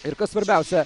ir kas svarbiausia